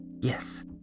yes